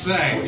Say